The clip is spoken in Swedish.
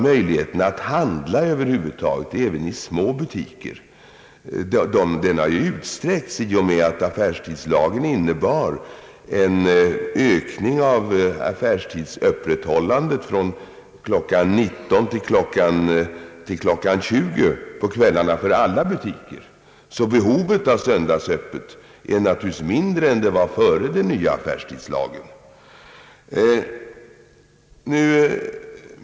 Möjligheterna att handla över huvud taget — även i små butiker — har emellertid utsträckts i och med att den nya affärstidslagen medgivit en ökning av öppethållandet från klockan 19 till klockan 20 för alla butiker. Behovet av sön dagsöppethållande är naturligtvis mindre nu än det var före den nya lagen.